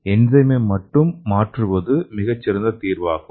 என்சைமை மட்டும் மாற்றுவது மிகச்சிறந்த தீர்வாகும்